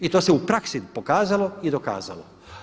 I to se u praksi pokazalo i dokazalo.